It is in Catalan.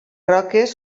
roques